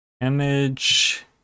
image